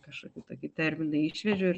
kažkokį tokį terminą išvedžiau ir